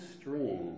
stream